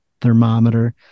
thermometer